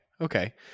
Okay